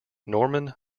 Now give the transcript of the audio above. norman